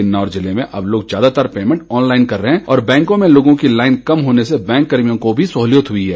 किन्नौर ज़िले में अब लोग ज़्यादातर पेमेंट ऑनलाईन कर रहे हैं और बैंकों में लोगों की लाईन कम होन से बैंक कर्मियों को भी सहुलियत हुई है